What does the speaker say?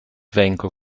venko